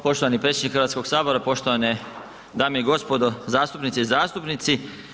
Poštovani predsjedniče Hrvatskog sabora, poštovane dame i gospodo zastupnice i zastupnici.